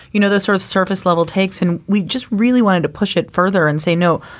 you know, this sort of surface level takes. and we just really wanted to push it further and say no.